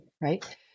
right